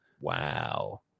Wow